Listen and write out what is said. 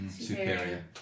superior